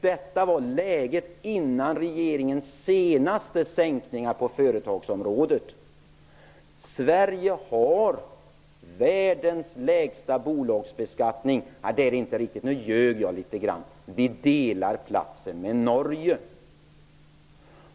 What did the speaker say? Så var läget före regeringens senaste sänkningar på företagsområdet. Sverige har världens lägsta bolagsbeskattning. Nej, nu ljög jag litet grand. Vi delar den platsen med Norge.